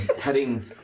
heading